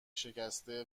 شکسته